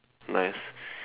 nice